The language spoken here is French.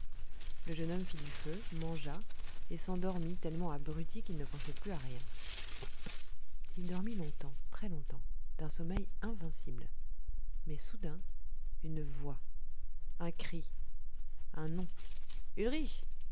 le jeune homme fit du feu mangea et s'endormit tellement abruti qu'il ne pensait plus à rien il dormit longtemps très longtemps d'un sommeil invincible mais soudain une voix un cri un nom